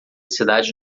cidade